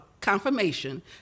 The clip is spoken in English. Confirmation